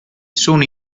sono